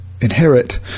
inherit